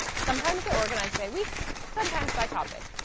sometimes they are organized by weeks, sometimes by topic.